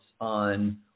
on